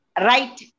right